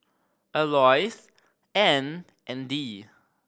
Alois Anne and Dee